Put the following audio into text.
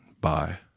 Bye